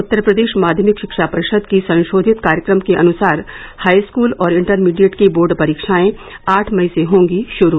उत्तर प्रदेश माध्यमिक शिक्षा परिषद् की संशोधित कार्यक्रम के अनुसार हाई स्कूल और इंटरमीडिएट की बोर्ड परीक्षाएं आठ मई से होंगी शुरू